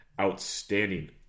outstanding